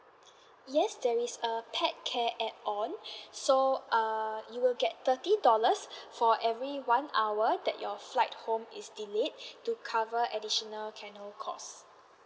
yes there is a pet care add on so uh you will get thirty dollars for every one hour that your flight home is delayed to cover additional kennel cost